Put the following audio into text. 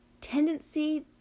tendency